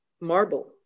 marble